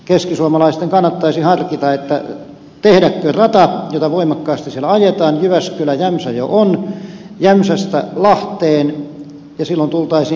keskisuomalaisten kannattaisi harkita tehdäkö rata jota voimakkaasti siellä ajetaan jyväskyläjämsä jo on jämsästä lahteen ja silloin tultaisiinkin helsinkiin